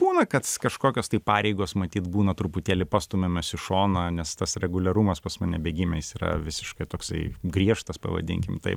būna kad kažkokios tai pareigos matyt būna truputėlį pastumiamos į šoną nes tas reguliarumas pas mane bėgime jis yra visiškai toksai griežtas pavadinkim taip